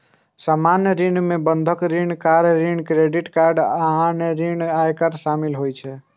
सामान्य ऋण मे बंधक ऋण, कार ऋण, क्रेडिट कार्ड ऋण आ आयकर शामिल होइ छै